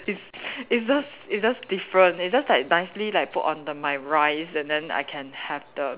it's it's just it's just different it's just like nicely like put onto my rice then I have the